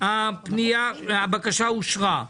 הבקשה אושרה.